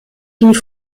die